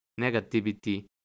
negativity